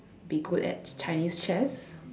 be good at Chinese chess